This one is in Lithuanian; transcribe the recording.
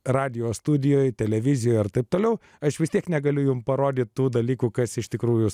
radijo studijoj televizijoj ir taip toliau aš vis tiek negaliu jums parodyti tų dalykų kas iš tikrųjų